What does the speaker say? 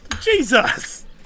Jesus